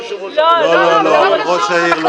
זה לא קשור, זה מחלקת